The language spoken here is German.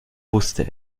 wusste